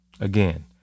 Again